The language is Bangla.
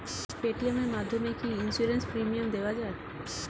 পেটিএম এর মাধ্যমে কি ইন্সুরেন্স প্রিমিয়াম দেওয়া যায়?